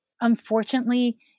unfortunately